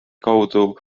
kaudu